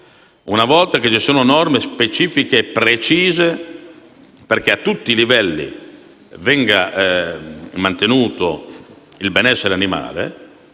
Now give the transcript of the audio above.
una volta che ci sono norme specifiche perché a tutti i livelli venga mantenuto il benessere animale,